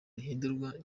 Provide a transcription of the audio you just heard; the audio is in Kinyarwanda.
rihindurwa